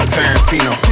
Tarantino